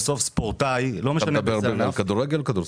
אתה מדבר על כדורגל או כדורסל?